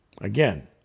Again